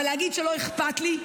אבל להגיד שלא אכפת לי,